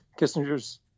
Kissinger's